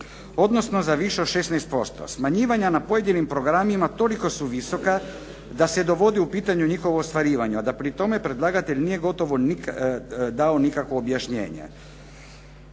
odnosno za više od 16%. Smanjivanja na pojedinim programima toliko su visoka da se dovodi u pitanje njihovo ostvarivanje, a da pri tome predlagatelj nije gotovo dao nikakvo objašnjenje.